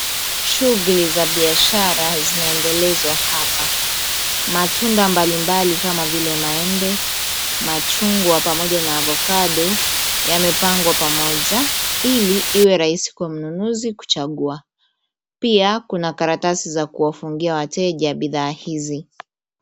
Shughuli za biashara zinaendelezwa hapa. Matunda mbalimbali kama vile maembe, machungwa pamoja na avokado, yamepangwa pamoja, ili iwe rahisi kwa mnunuzi kuchagua. Pia kuna karatasi za kuwafungia wateja bidhaa hizi.